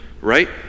right